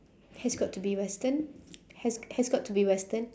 has got to be western has has got to be western